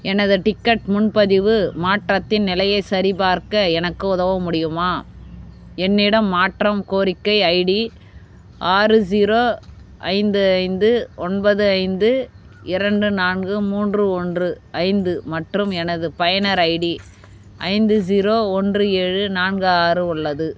எனது டிக்கெட் முன்பதிவு மாற்றத்தின் நிலையைச் சரிபார்க்க எனக்கு உதவ முடியுமா என்னிடம் மாற்றம் கோரிக்கை ஐடி ஆறு ஸீரோ ஐந்து ஐந்து ஒன்பது ஐந்து இரண்டு நான்கு மூன்று ஒன்று ஐந்து மற்றும் எனது பயனர் ஐடி ஐந்து ஸீரோ ஒன்று ஏழு நான்கு ஆறு உள்ளது